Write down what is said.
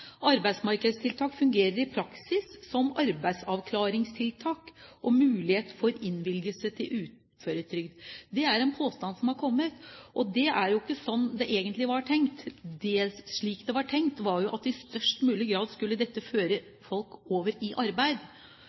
i praksis fungerer som arbeidsavklaringstiltak og mulighet for innvilgelse av uføretrygd, er en påstand som har kommet. Og det er jo ikke sånn det egentlig var tenkt. Det var jo tenkt slik at dette i størst mulig grad skulle føre folk over i arbeid.